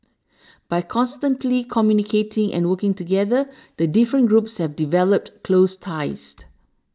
by constantly communicating and working together the different groups have developed close ties